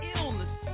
Illness